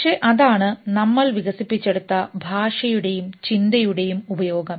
പക്ഷേ അതാണ് നമ്മൾ വികസിപ്പിച്ചെടുത്ത ഭാഷയുടെയും ചിന്തയുടെയും ഉപയോഗം